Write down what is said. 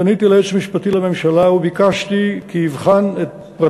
פניתי אל היועץ המשפטי לממשלה וביקשתי כי יבחן את פרטי המקרה.